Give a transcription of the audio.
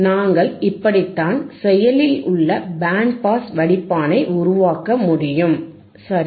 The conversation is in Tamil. நாங்கள் இப்படித்தான் செயலில் உள்ள பேண்ட் பாஸ் வடிப்பானை உருவாக்க முடியும் சரி